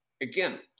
Again